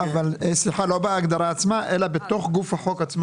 סליחה, לא בהגדרה עצמה אלא בתוך גוף החוק.